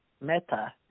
Meta